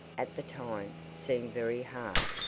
at the time, seem very hard,